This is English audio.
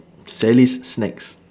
sally's snacks